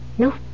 No